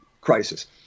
crisis